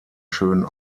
schönen